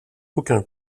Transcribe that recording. aucun